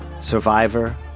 Survivor